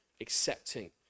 accepting